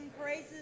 praises